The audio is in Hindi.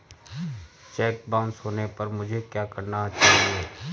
चेक बाउंस होने पर मुझे क्या करना चाहिए?